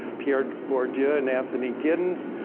pierre bourdieu and anthony giddens.